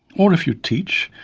or if you teach,